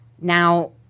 Now